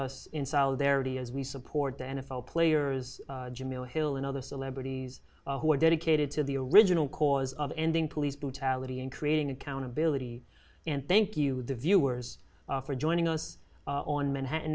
us in solidarity as we support the n f l players jamil hill and other celebrities who are dedicated to the original cause of ending police brutality in creating accountability and thank you the viewers for joining us on manhattan